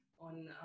on